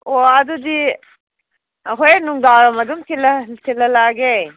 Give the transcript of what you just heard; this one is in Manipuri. ꯑꯣ ꯑꯗꯨꯗꯤ ꯍꯣꯔꯦꯟ ꯅꯨꯡꯗꯥꯡꯋꯥꯏꯔꯝ ꯑꯗꯨꯝ ꯊꯤꯜꯍꯜꯂꯛꯑꯒꯦ